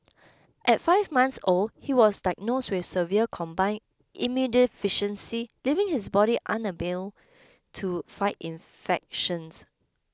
at five months old he was diagnosed with severe combined immunodeficiency leaving his body to fight infections